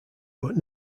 but